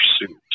pursuit